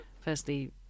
Firstly